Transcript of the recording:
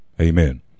amen